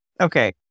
Okay